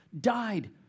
died